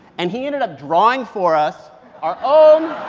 and he ended up drawing for us our own.